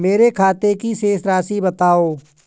मेरे खाते की शेष राशि बताओ?